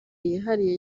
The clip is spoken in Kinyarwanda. yihariye